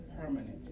permanent